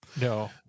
no